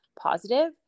positive